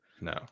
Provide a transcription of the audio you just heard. No